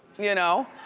you know?